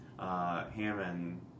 Hammond